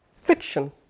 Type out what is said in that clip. fiction